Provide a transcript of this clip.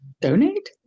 donate